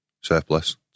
surplus